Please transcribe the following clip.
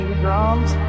drums